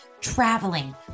traveling